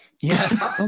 Yes